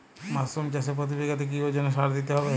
Mushroom চাষে প্রতি বিঘাতে কি ওজনে সার দিতে হবে?